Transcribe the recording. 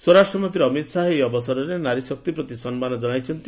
ସ୍ୱରାଷ୍ଟ୍ର ମନ୍ତ୍ରୀ ଅମିତ ଶାହା ଏହି ଅବସରରେ ନାରୀ ଶକ୍ତି ପ୍ରତି ସନ୍ନାନ ଜଣାଇଛନ୍ତି